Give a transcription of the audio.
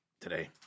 today